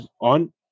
on